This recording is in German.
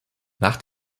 nach